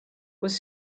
was